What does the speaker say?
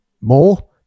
more